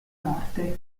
morte